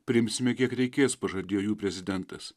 priimsime kiek reikės pažadėjo jų prezidentas